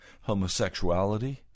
homosexuality